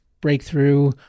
breakthrough